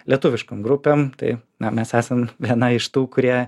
lietuviškom grupėm tai na mes esam viena iš tų kurie